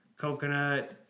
coconut